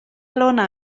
lona